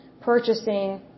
purchasing